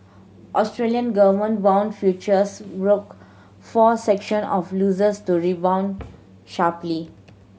Australian government bond futures broke four section of losses to rebound sharply